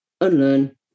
unlearn